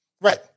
Right